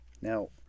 Now